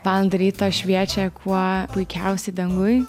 valandą ryto šviečia kuo puikiausiai danguj